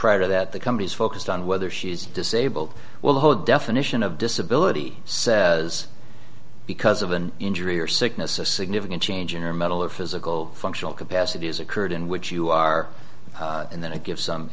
prior to that the companies focused on whether she's disabled will hold definition of disability says because of an injury or sickness a significant change in her mental or physical functional capacity has occurred in which you are then i give some